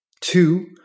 Two